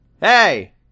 Hey